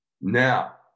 Now